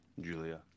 Julia